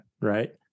Right